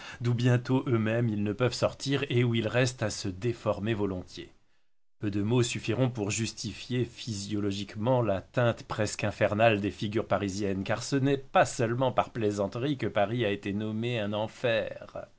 d'où bientôt eux-mêmes ils ne peuvent sortir et restent à s'y déformer volontiers peu de mots suffiront pour justifier physiologiquement la teinte presque infernale des figures parisiennes car ce n'est pas seulement par plaisanterie que paris a été nommé un enfer